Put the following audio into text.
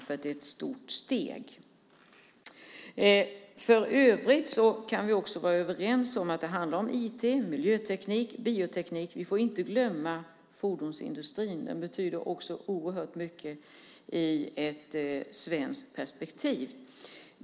Det är ett stort steg. För övrigt kan vi också vara överens om att det handlar om IT, miljöteknik och bioteknik. Och vi får inte glömma fordonsindustrin. Den betyder oerhört i ett svenskt perspektiv.